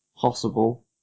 possible